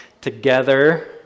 together